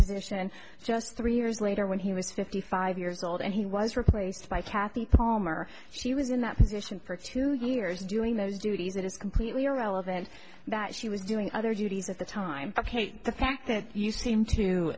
position and just three years later when he was fifty five years old and he was replaced by cathy palmer she was in that position for two years doing those duties it is completely irrelevant that she was doing other duties at the time the fact that you seem to